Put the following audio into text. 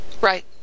Right